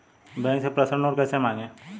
Bank से personal loan कैसे मांगें?